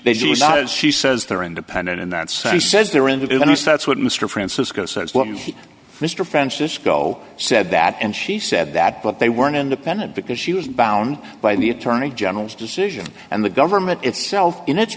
was not as she says they're independent in that sense says they're in to the us that's what mr francisco says what mr francisco said that and she said that but they weren't independent because she was bound by the attorney general's decision and the government itself in its